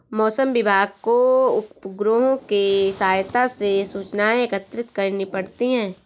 मौसम विभाग को उपग्रहों के सहायता से सूचनाएं एकत्रित करनी पड़ती है